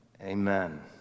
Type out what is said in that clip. Amen